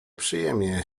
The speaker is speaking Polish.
przyjemnie